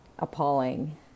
Appalling